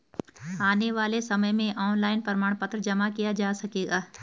आने वाले समय में ऑनलाइन प्रमाण पत्र जमा किया जा सकेगा